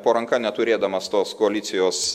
po ranka neturėdamas tos koalicijos